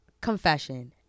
Confession